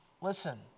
Listen